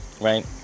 Right